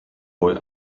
boy